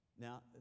Now